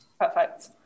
Perfect